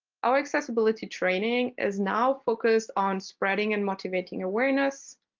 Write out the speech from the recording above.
our accessibility training is now focused on spreading and motivating awareness,